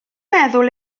meddwl